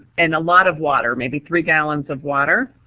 and a lot of water maybe three gallons of water.